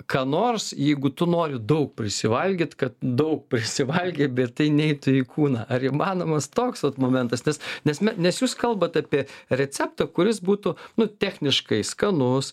ką nors jeigu tu nori daug prisivalgyt kad daug prisivalgei bet tai neitų į kūną ar įmanomas toks vat momentas nes nes nes jūs kalbat apie receptą kuris būtų nu techniškai skanus